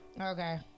Okay